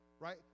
right